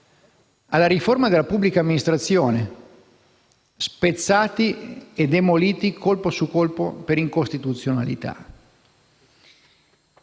alla riforma della pubblica amministrazione; provvedimenti spezzati e demoliti colpo su colpo per incostituzionalità.